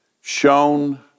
shown